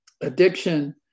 addiction